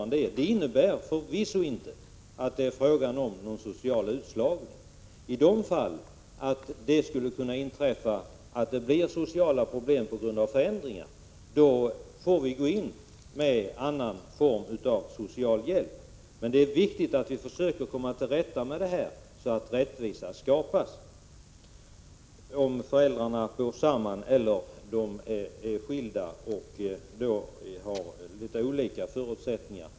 Det innebär förvisso inte att det är frågan om någon social utslagning. I de fall då det skulle kunna inträffa att sociala problem uppstår på grund av förändringar får vi gå in med någon annan form av social hjälp, men det är viktigt att vi försöker komma till rätta med detta, så att rättvisa skapas, oavsett om föräldrarna bor tillsammans eller är skilda och har olika förutsättningar.